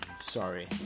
sorry